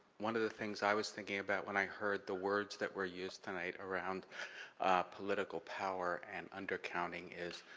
one of the things i was thinking about when i heard the words that were used tonight around political power and under counting is,